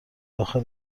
داخل